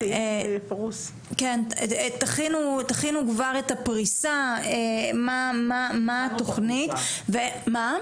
כן, תכינו כבר את הפריסה, מה התוכנית ומה?